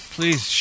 Please